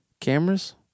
cameras